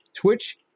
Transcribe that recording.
Twitch